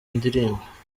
ndirimba